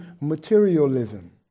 materialism